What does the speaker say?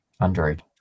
Android